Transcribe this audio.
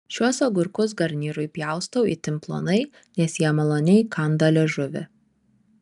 šiuos agurkus garnyrui pjaustau itin plonai nes jie maloniai kanda liežuvį